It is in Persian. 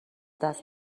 دست